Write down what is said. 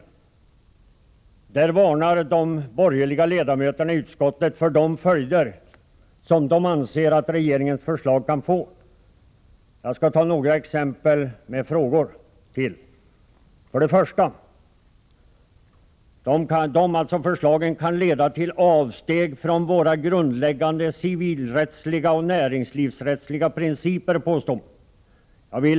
I denna varnar de borgerliga ledamöterna i utskottet för de följder som de anser att regeringens förslag kan få. Jag skall ge några exempel och ställa frågor i anslutning till dem. 1. Förslagen kan leda till avsteg från våra grundläggande civilrättsliga och näringsrättsliga principer, påstår de borgerliga.